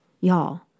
Y'all